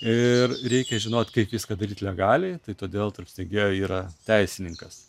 ir reikia žinot kaip viską daryti legaliai tai todėl tarp steigėjų yra teisininkas